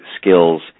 skills